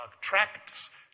tracts